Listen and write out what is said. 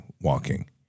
walking